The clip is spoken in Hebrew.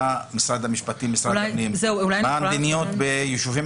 מה המדיניות ביישובים